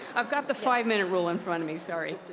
i've got the five minute rule in front of me. sorry.